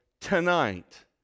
tonight